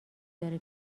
داره